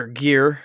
gear